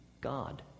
God